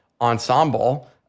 ensemble